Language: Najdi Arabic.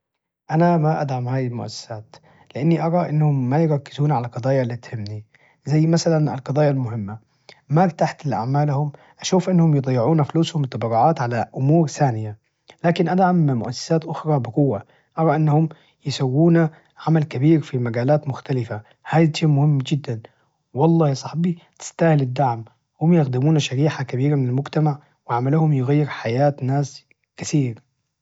أنا ما أدعم هذه المؤسسات لأني أرى إنهم ما يركزون على قضايا إللي تهمني، زي مثلاً القضايا المهمة ما ارتحت لأعمالهم أشوف إنهم يضيعون فلوسهم والتبرعات على أمور ثانية، لكن أدعم مؤسسات أخرى بقوة أرى إنهم يسوون عمل كبير في مجالات مختلفة هاد شي مهم جداً، والله يا صحبي تستاهل الدعم هم يخدمون شريحة كبيرة من المجتمع وعملهم يغير حياة الناس كثير.